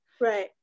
Right